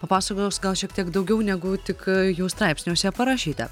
papasakos gal šiek tiek daugiau negu tik jų straipsniuose parašyta